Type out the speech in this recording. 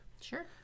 Sure